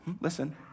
listen